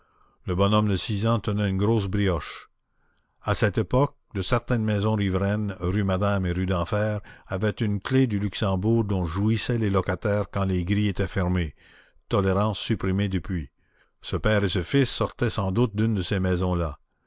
le bonhomme de six ans tenait une grosse brioche à cette époque de certaines maisons riveraines rue madame et rue d'enfer avaient une clef du luxembourg dont jouissaient les locataires quand les grilles étaient fermées tolérance supprimée depuis ce père et ce fils sortaient sans doute d'une de ces maisons-là